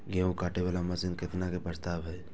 गेहूँ काटे वाला मशीन केतना के प्रस्ताव हय?